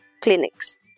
clinics